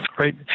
Right